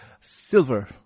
Silver